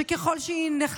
ממשלה שאין לה